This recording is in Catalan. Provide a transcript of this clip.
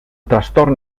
trastorn